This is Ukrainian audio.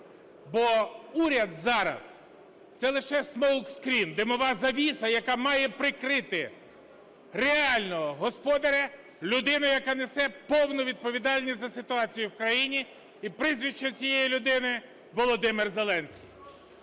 Бо уряд зараз – це лише smokescreen, димова завіса, яка має прикрити реального господаря, людину, яка несе повну відповідальність за ситуацію в країні. І прізвище цієї людини – Володимир Зеленський.